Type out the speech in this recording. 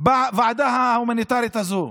בוועדה ההומניטרית הזו.